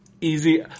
easy